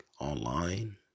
online